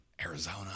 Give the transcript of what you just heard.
Arizona